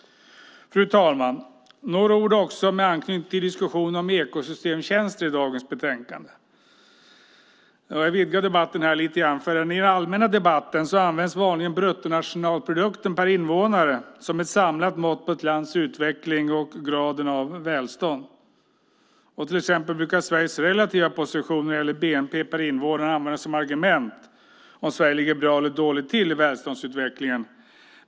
Fru talman! Jag ska också säga några ord med anknytning till diskussionen om ekosystemtjänster i dagens betänkande. Jag vidgar debatten lite grann. I den allmänna debatten används vanligen bruttonationalprodukten per invånare som ett samlat mått på ett lands utveckling och graden av välstånd. Till exempel brukar Sveriges relativa position när det gäller bnp per invånare användas som argument när det gäller om Sverige ligger bra eller dåligt till i välståndsutvecklingen.